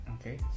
Okay